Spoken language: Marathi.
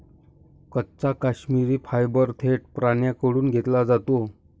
कच्चा काश्मिरी फायबर थेट प्राण्यांकडून घेतला जातो